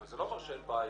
אבל זה לא אומר שאין בעיה.